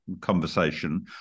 conversation